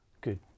good